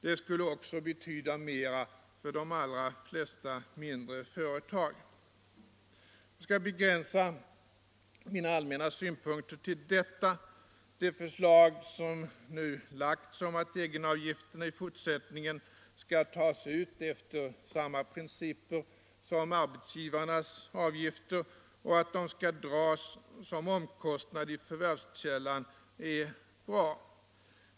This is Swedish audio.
Det skulle också betyda mer för de allra flesta mindre företag. Jag skall begränsa mina allmänna synpunkter till detta. Det förslag som nu lagts om att egenavgifterna i fortsättningen skall tas ut efter samma principer som arbetsgivarnas avgifter och att de skall dras som omkostnad i förvärvskällan är bra.